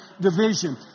division